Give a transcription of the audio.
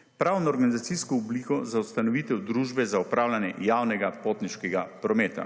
/ nerazumljivo/ obliko za ustanovitev družbe za opravljanje javnega potniškega prometa.